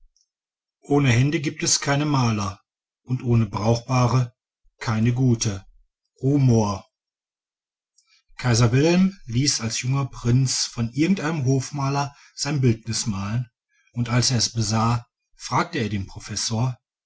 ohne hände gibt es keine maler und ohne brauchbare keine gute rumohr kaiser wilhelm ließ als junger prinz von irgendeinem hofmaler sein bildnis malen und als er es besah fragte er den professor